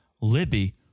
Libby